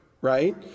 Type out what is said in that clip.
Right